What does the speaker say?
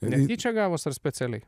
netyčia gavus ar specialiai